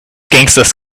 gangsters